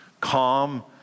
calm